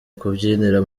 kubyinira